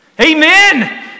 Amen